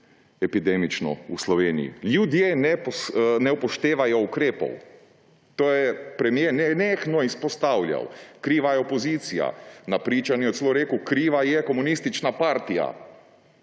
epidemično stanje v Sloveniji: ljudje ne upoštevajo ukrepov. To je premier nenehno izpostavljal. Kriva je opozicija. Na pričanju je celo rekel, da je kriva komunistična partija.